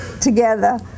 together